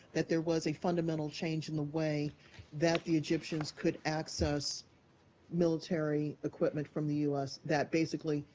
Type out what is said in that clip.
that there was a fundamental change in the way that the egyptians could access military equipment from the u s. that basically,